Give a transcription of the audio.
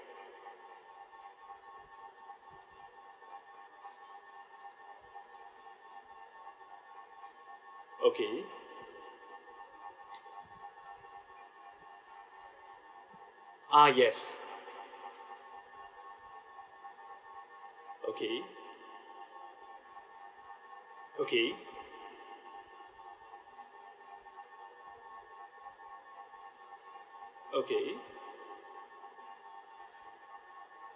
okay ah yes okay okay okay